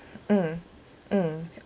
mm mm